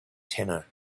tenor